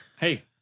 Hey